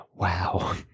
Wow